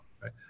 right